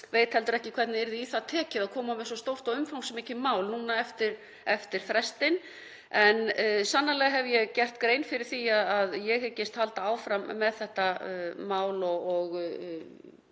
veit heldur ekki hvernig yrði í það tekið að koma með svo stórt og umfangsmikið mál núna eftir frestinn. En sannarlega hef ég gert grein fyrir því að ég hyggist halda áfram með þetta mál eins